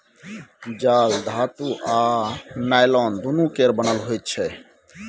जाल धातु आ नॉयलान दुनु केर बनल होइ छै